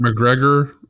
McGregor